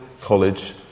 College